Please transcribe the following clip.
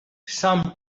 some